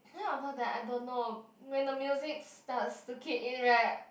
then after that I don't know when the music starts to kick in right